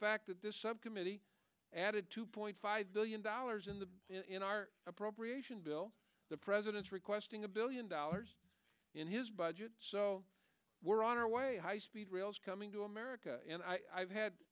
fact that this subcommittee added two point five billion dollars in the appropriation bill the president's requesting a billion dollars in his budget so we're on our way high speed rail is coming to america and i've had